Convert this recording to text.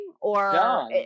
or-